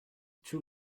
two